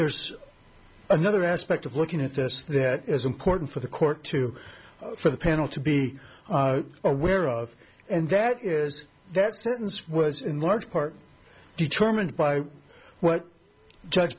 there's another aspect of looking at this that is important for the court to for the panel to be aware of and that is that sentence was in large part determined by what judge